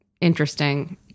interesting